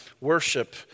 worship